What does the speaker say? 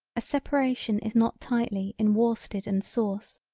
a separation is not tightly in worsted and sauce,